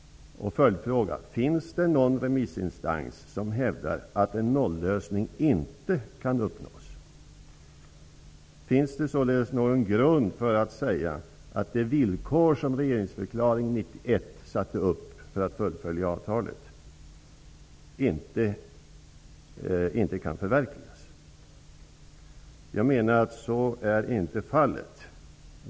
En följdfråga: Finns det någon remissinstans som hävdar att en nollösning inte kan uppnås? Finns det således någon grund för att säga att det villkor som sattes upp i regeringsförklaringen 1991 för att fullfölja avtalet inte kan uppfyllas? Jag menar att så inte är fallet.